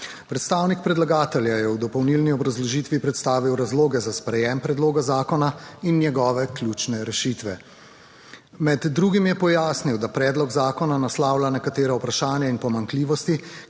Predstavnik predlagatelja je v dopolnilni obrazložitvi predstavil razloge za sprejem predloga zakona in njegove ključne rešitve. Med drugim je pojasnil, da predlog zakona naslavlja nekatera vprašanja in pomanjkljivosti,